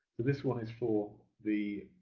this one is for the